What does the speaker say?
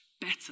better